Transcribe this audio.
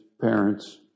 parents